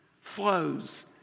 flows